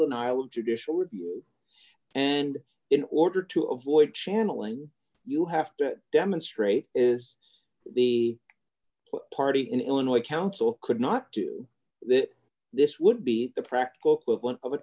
denial of judicial review and in order to avoid channeling you have to demonstrate is the party in illinois counsel could not do that this would be the practical clipless of a